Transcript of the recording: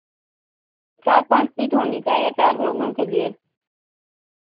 चार पाँच सीट होनी चाहिए चार लोगों के लिए